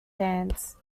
hands